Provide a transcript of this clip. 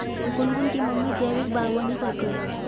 गुनगुन की मम्मी जैविक बागवानी करती है